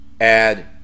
add